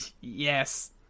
Yes